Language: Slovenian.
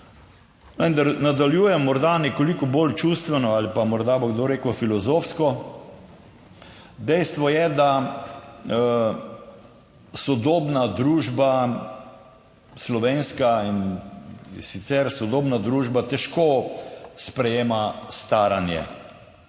Vendar nadaljujem, morda nekoliko bolj čustveno ali pa morda bo kdo rekel filozofsko. Dejstvo je, da sodobna družba, slovenska in sicer sodobna družba težko sprejema staranje.